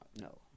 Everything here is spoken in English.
no